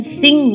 sing